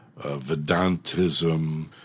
Vedantism